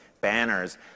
banners